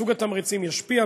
סוג התמריצים ישפיע,